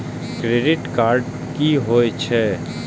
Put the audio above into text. Credit card की होय छै?